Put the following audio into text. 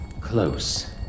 close